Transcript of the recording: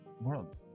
world